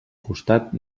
costat